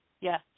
Yes